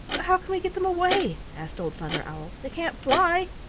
but how can we get them away? asked old father owl. they can't fly.